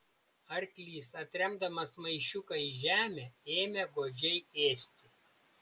arklys atremdamas maišiuką į žemę ėmė godžiai ėsti